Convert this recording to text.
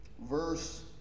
Verse